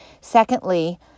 Secondly